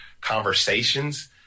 conversations